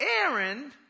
Aaron